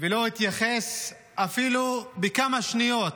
ולא התייחס אפילו בכמה שניות